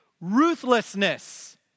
Ruthlessness